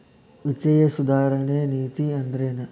ವಿತ್ತೇಯ ಸುಧಾರಣೆ ನೇತಿ ಅಂದ್ರೆನ್